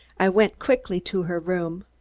i went quickly to her room.